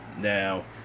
now